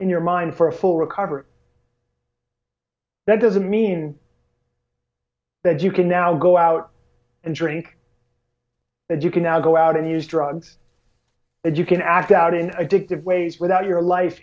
in your mind for a full recovery that doesn't mean that you can now go out and drink that you can now go out and use drugs that you can act out in addictive ways without your life